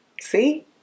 See